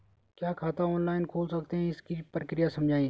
क्या खाता ऑनलाइन खोल सकते हैं इसकी प्रक्रिया समझाइए?